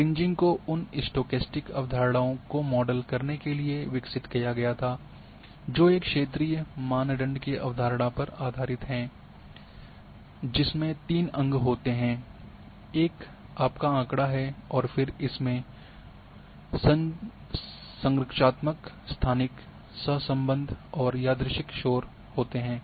cringing को उन stochastic अवधारणाओं को मॉडल करने के लिए विकसित किया गया था जो एक क्षेत्रीय मानदंड की अवधारणा पर आधारित है जिसमें तीन अंग होते हैं एक आपका आंकड़ा है और फिर इसमें संरचनात्मक स्थानिक सहसंबद्ध और यादृच्छिक शोर होते हैं